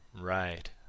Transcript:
Right